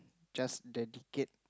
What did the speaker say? just dedicate